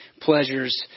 pleasures